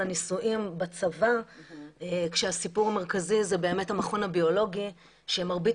הניסויים בצבא כשהסיפור המרכזי זה באמת המכון הביולוגי שמרבית